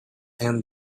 and